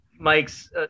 Mike's